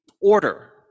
order